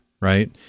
right